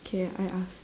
K I ask